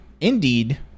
indeed